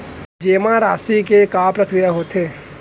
जेमा राशि के का प्रक्रिया होथे?